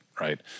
Right